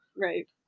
right